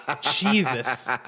Jesus